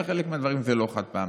בחלק מהדברים זה לא חד-פעמי.